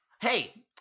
Hey